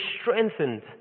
strengthened